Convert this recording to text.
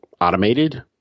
automated